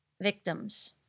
victims